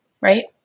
right